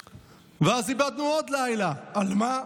ואז איבדנו עוד לילה, על מה?